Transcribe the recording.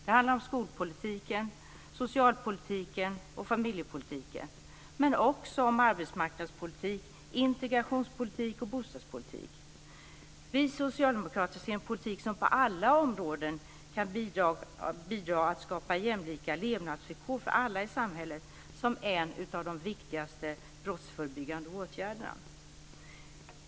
Det handlar om skolpolitiken, socialpolitiken och familjepolitiken men också om arbetsmarknadspolitik, integrationspolitik och bostadspolitik. Vi socialdemokrater ser en politik som på alla områden kan bidra till att skapa jämlika levnadsvillkor för alla i samhället som en av de viktigaste brottsförebyggande åtgärderna.